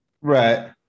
right